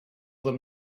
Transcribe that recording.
them